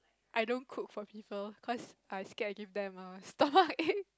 I don't cook for people cause I scared I give them err stomachache